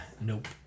Nope